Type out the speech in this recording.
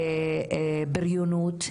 קורבנות לבריונות,